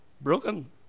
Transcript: broken